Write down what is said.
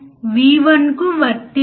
5 కూడా మీ వోల్టేజ్ పరిధి అవుతుంది